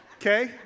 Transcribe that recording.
Okay